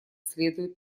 следует